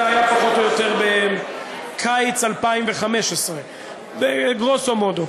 זה היה פחות או יותר בקיץ 2015 בגרוסו מודו,